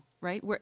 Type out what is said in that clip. right